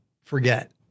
forget